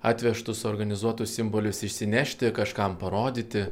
atvežtus organizuotus simbolius išsinešti kažkam parodyti